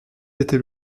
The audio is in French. était